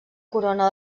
corona